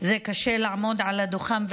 קשה לעמוד על הדוכן,